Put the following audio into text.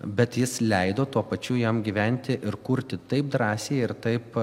bet jis leido tuo pačiu jam gyventi ir kurti taip drąsiai ir taip